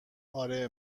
آره